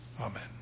Amen